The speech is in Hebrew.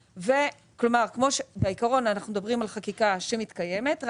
כלומר, בעיקרון אנחנו מדברים על חקיקה שמתקיימת.